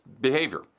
behavior